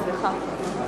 סליחה.